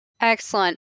Excellent